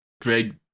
Greg